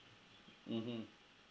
mmhmm